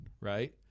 right